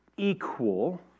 equal